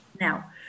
Now